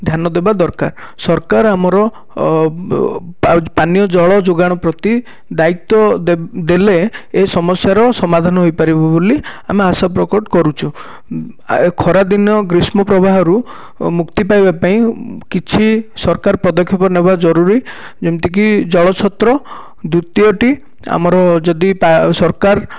ଧ୍ୟାନ ଦେବା ଦରକାର ସରକାର ଆମର ପାନୀୟ ଜଳ ଯୋଗାଣ ପ୍ରତି ଦ୍ଵାୟିତ୍ଵ ଦେଲେ ଏ ସମସ୍ୟାର ସମାଧାନ ହୋଇପାରିବ ବୋଲି ଆମେ ଆଶା ପ୍ରକଟ କରୁଛୁ ଆଉ ଖରାଦିନ ଗ୍ରୀଷ୍ମ ପ୍ରବାହରୁ ମୁକ୍ତି ପାଇବାପାଇଁ କିଛି ସରକାର ପଦକ୍ଷେପ ନେବା ଜରୁରୀ ଯେମିତି କି ଜଳ ଛତ୍ର ଦ୍ବିତୀୟ ଟି ଆମର ଯଦି ସରକାର